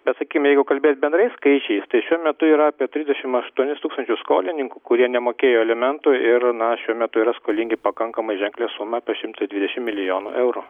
bet sakykim jau kalbėt bendrais skaičiais tai šiuo metu yra apie trisdešim aštuonis tūkstančius skolininkų kurie nemokėjo alimentų ir na šiuo metu yra skolingi pakankamai ženklią sumą šimtą dvidešim milijonų eurų